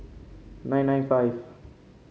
nine nine five